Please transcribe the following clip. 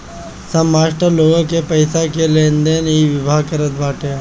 सब मास्टर लोग के पईसा के लेनदेन इ विभाग करत बाटे